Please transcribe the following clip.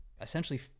essentially